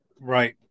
Right